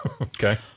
Okay